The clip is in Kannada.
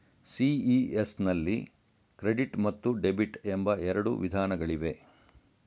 ಸಿ.ಇ.ಎಸ್ ನಲ್ಲಿ ಕ್ರೆಡಿಟ್ ಮತ್ತು ಡೆಬಿಟ್ ಎಂಬ ಎರಡು ವಿಧಾನಗಳಿವೆ